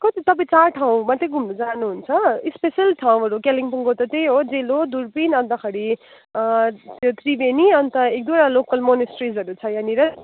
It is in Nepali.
कति तपाईँ चार ठाउँमा मात्रै घुम्नु जानुहुन्छ स्पेसल ठाउँहरू कालिम्पोङको त त्यही हो डेलो दुर्पिन अन्तखेरि त्यो त्रिवेणी अन्त एक दुईवटा लोकल मोनेस्ट्रिसहरू छ यहाँनिर